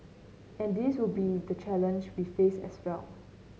and this will be the challenge we face as well